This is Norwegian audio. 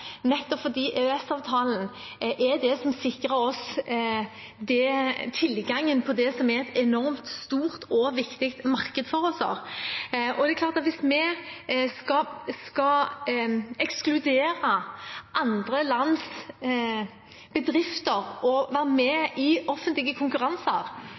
fordi EØS-avtalen er det som sikrer oss tilgangen til det som er et enormt stort og viktig marked for oss. Det er klart at hvis vi skal ekskludere andre lands bedrifter fra å være med i offentlige konkurranser,